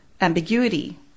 ambiguity